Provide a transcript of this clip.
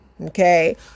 okay